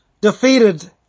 Defeated